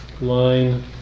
line